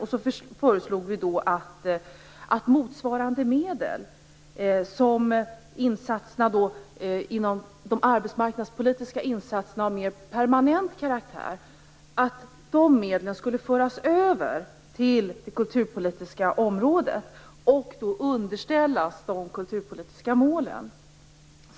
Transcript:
Vi föreslog att medel för arbetsmarknadspolitiska insatser av mer permanent karaktär skulle föras över till det kulturpolitiska området och underställas de kulturpolitiska målen.